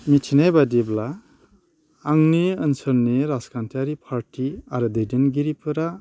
मिथिनाय बायदिब्ला आंनि ओनसोलनि राजखान्थियारि पार्टि आरो दैदेनगिरिफोरा